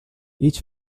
each